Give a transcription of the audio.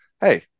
hey